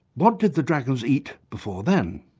what did the dragons eat before then?